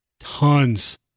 tons